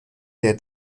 der